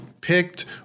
picked